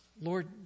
Lord